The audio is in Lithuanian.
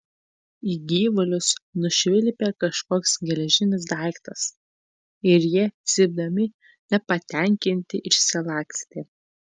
į gyvulius nušvilpė kažkoks geležinis daiktas ir jie cypdami nepatenkinti išsilakstė